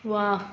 wah